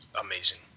amazing